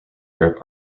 europe